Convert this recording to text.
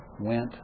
went